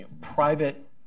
private